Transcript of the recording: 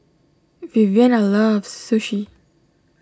Viviana loves Sushi